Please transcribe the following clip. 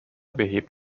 behebt